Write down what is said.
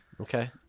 Okay